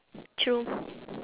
true